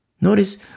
Notice